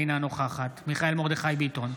אינה נוכחת מיכאל מרדכי ביטון,